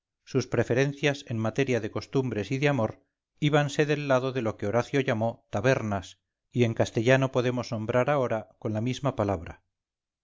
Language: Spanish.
sus preferencias en materia de costumbres y de amor íbanse del lado de lo que horacio llamó tabernas y en castellano podemos nombrar ahora con la misma palabra